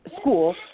school